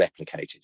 replicated